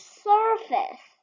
surface